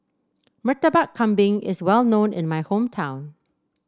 Murtabak Kambing is well known in my hometown